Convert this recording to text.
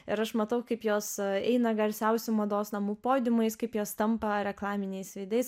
ir aš matau kaip jos eina garsiausių mados namų podiumais kaip jos tampa reklaminiais veidais